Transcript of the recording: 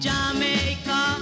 Jamaica